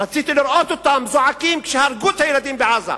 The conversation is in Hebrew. רציתי לראות אותם זועקים כשהרגו את הילדים בעזה.